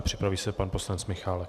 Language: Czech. Připraví se pan poslanec Michálek.